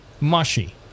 mushy